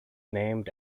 named